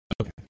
okay